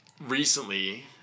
recently